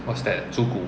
what's that 猪骨